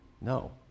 No